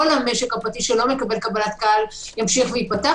המשק הפרטי שלא מקבל קבלת קהל ימשיך להיפתח,